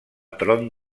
tron